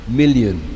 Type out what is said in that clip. million